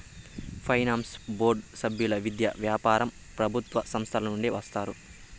finance board సభ్యులు విద్య, వ్యాపారం ప్రభుత్వ సంస్థల నుండి వస్తారు